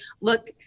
look